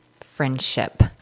friendship